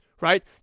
right